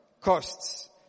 costs